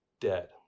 dead